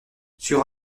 sur